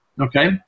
okay